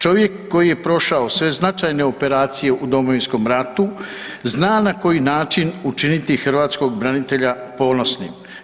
Čovjek koji je prošao sve značajne operacije u Domovinskom ratu, zna na koji način učiniti hrvatskog branitelja ponosnim.